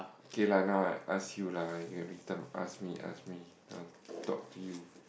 okay lah now I ask you every time ask me ask me I want to talk to you